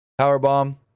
powerbomb